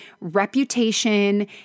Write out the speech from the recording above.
reputation